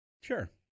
Sure